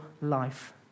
life